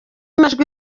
majwi